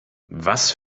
was